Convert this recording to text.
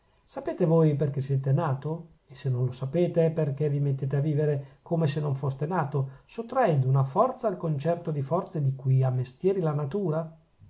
sapete voi perchè siete nato e se non lo sapete perchè vi mettete a vivere come se non foste nato sottraendo una forza al concerto di forze di cui ha mestieri la natura